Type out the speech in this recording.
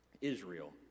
Israel